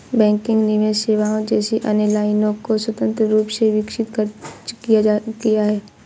banking निवेश सेवाओं जैसी अन्य लाइनों को स्वतंत्र रूप से विकसित खर्च किया है